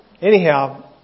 Anyhow